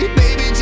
baby